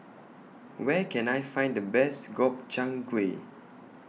Where Can I Find The Best Gobchang Gui